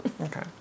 Okay